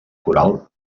coral